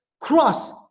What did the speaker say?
cross